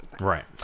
Right